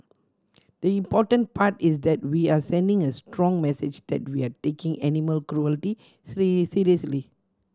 the important part is that we are sending a strong message that we are taking animal cruelty seriously